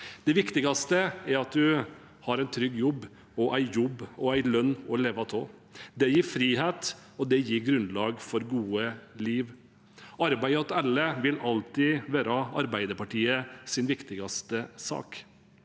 Det viktigste er at en har en trygg jobb og en lønn å leve av. Det gir frihet, og det gir grunnlag for et godt liv. Arbeid til alle vil alltid være Arbeiderpartiets viktigste sak.